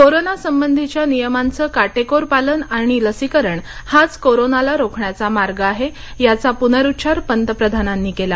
corona संबंधीच्या नियमांचं काटेकोर पालन आणि लसीकरण हाच कोरोनाला रोखण्याचा मार्ग आहे याचा पुनरुच्चार पंतप्रधानांनी केला